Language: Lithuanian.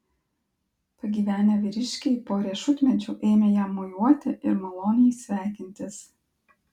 pagyvenę vyriškiai po riešutmedžiu ėmė jam mojuoti ir maloniai sveikintis